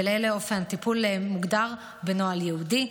ולאלה אופן טיפול מוגדר בנוהל ייעודי.